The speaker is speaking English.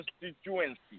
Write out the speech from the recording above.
constituency